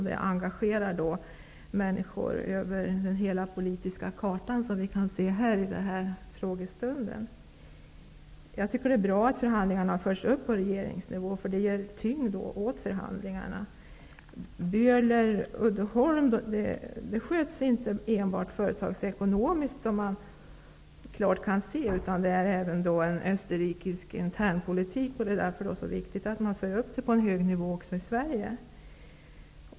Det engagerar människor över hela den politiska kartan, vilket vi kan se i den här frågestunden. Jag tycker att det är bra att förhandlingarna förs upp på regeringsnivå. Det ger tyngd åt förhandlingarna. Böhler-Uddeholm sköts inte enbart företagsekonomiskt, vilket man klart kan se. Det förekommer även österrikisk internpolitik. Det är därför viktigt att föra upp frågan på en hög nivå även i Sverige.